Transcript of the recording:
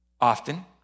often